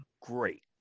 great